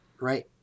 right